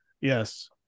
yes